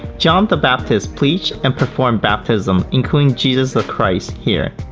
john the baptist preached and performed baptisms, including jesus the christ here.